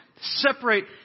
separate